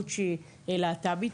בהורות שהיא להט"בית.